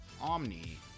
Omni